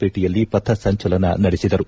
ಪೇಟೆಯಲ್ಲಿ ಪಥ ಸಂಚಲನ ನಡೆಸಿದರು